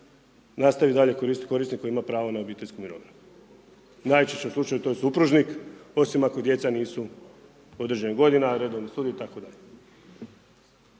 nastavi dalje koristiti korisnik koji ima pravo na obiteljsku mirovinu. Najčešće u slučaju to je supružnik, osim ako djeca nisu u određenim godinama, redovni studenti